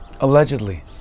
allegedly